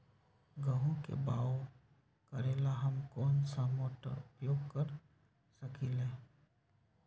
गेंहू के बाओ करेला हम कौन सा मोटर उपयोग कर सकींले?